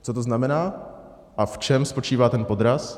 Co to znamená a v čem spočívá ten podraz?